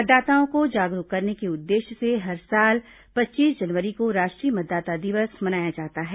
मतदाताओं को जागरूक करने के उद्देश्य से हर साल पच्चीस जनवरी को राष्ट्रीय मतदाता दिवस मनाया जाता है